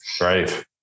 Right